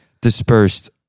dispersed